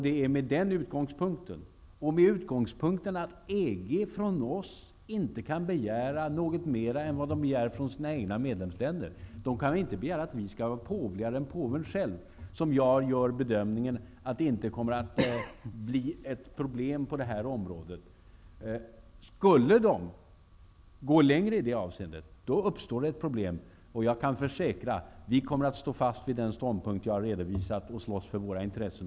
Det är med den utgångspunkten, och med utgångspunkten att EG från oss inte kan begära något mera än vad man begär från sina egna medlemsländer — man kan inte begära att vi skall vara påvligare än påven själv —, som jag gör bedömningen att det inte kommer att bli ett problem på det här området. Skulle man gå längre i det avseendet uppstår det ett problem, och jag kan försäkra att vi då kommer att stå fast vid den ståndpunkt jag har redovisat och slåss för våra intressen.